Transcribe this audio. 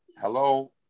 hello